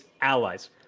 allies